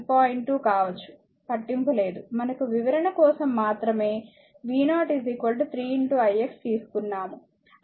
2 కావచ్చు పట్టింపు లేదు మనకు వివరణ కోసం మాత్రమే v0 3 i x తీసుకున్నాము